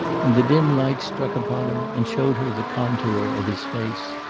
and the dim light struck upon him and showed her the contour of his face.